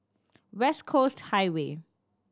West Coast Highway